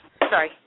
Sorry